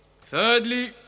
Thirdly